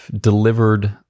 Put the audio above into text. delivered